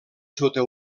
sota